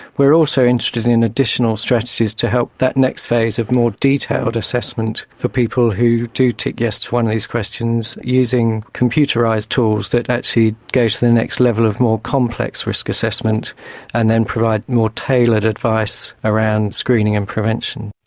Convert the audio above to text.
we are also interested in additional strategies to help that next phase of more detailed assessment for people who do tick yes to one of these questions using computerised tools that actually go to the next level of more complex risk assessment and then provide more tailored advice around screening and prevention.